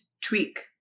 Tweak